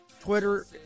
Twitter